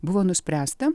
buvo nuspręsta